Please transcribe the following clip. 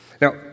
Now